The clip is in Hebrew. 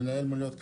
מנהל מוניות כרמל.